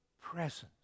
presence